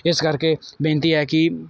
ਇਸ ਕਰਕੇ ਬੇਨਤੀ ਹੈ ਕਿ